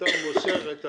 כשאתה מוסר את הפיגום,